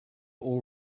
all